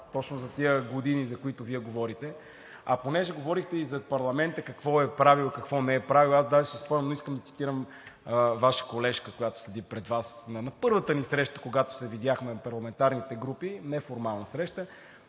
точно за тия години, за които Вие говорихте. А понеже говорихте и за парламента какво е правил и какво не е правил, аз даже си спомням, но не искам да цитирам Ваша колежка, която седи пред Вас, на първата ни среща, когато се видяхме парламентарните групи – неформална среща,